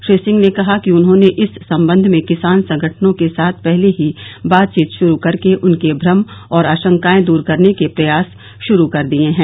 श्री सिंह ने कहा कि उन्होंने इस संबंध में किसान संगठनों के साथ पहले ही बातचीत शुरू करके उनके भ्रम और आशंकाएं दूर करने के प्रयास शुरू कर दिए हैं